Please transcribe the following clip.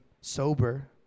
sober